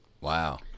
Wow